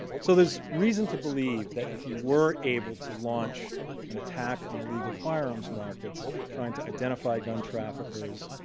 so there's reason to believe that if you were able to launch an attack on illegal firearms markets, trying to identify gun traffickers,